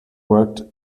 worked